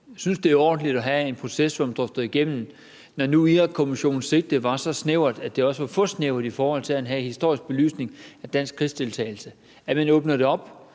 Jeg synes, det er ordentligt at have en proces, hvor man drøfter det igennem, når nu Irakkommissionens sigte var så snævert, at det også var for snævert, i forhold til at have en historisk belysning af dansk krigsdeltagelse, og at man åbner det op,